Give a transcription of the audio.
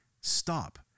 stop